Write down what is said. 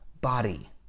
body